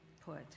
put